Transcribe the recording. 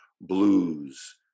blues